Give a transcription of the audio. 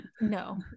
No